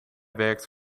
werkt